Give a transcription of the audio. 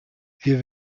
wir